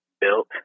built